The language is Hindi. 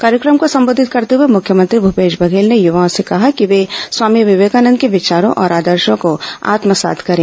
कार्यक्रम को संबोधित करते हुए मुख्यमंत्री भूपेश बघेल ने युवाओं से कहा कि वे स्वामी विवेकानंद के विचारों और आदर्शों को आत्मसात करे